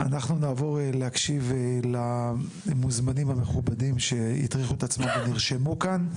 נעבור להקשיב למוזמנים המכובדים שהטריחו את עצמם ונרשמו כאן.